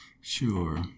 Sure